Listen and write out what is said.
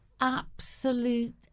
Absolute